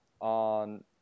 on